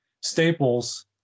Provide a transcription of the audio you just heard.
staples